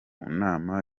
nama